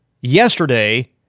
yesterday